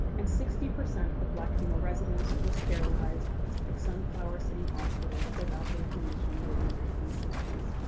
and sixty percent of black female residents were sterilized at sunflower city hospital without their permission during the nineteen sixty s.